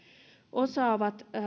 osaavat